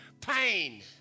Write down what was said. pain